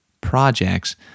projects